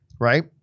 right